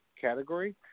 category –